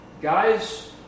guys